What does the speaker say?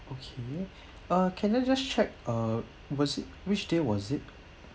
okay uh can I just check uh was it which day was it